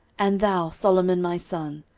and thou, solomon my son,